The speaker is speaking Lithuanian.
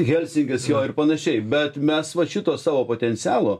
helsinkis jo ir panašiai bet mes va šito savo potencialo